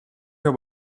her